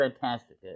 fantastic